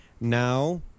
Now